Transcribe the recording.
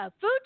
food